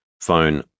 Phone